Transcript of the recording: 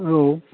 औ